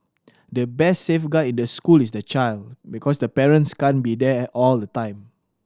the best safeguard in the school is the child because the parents can't be there all the time